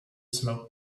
smoke